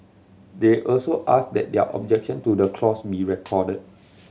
they also asked that their objection to the clause be recorded